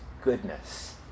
goodness